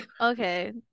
okay